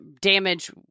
damage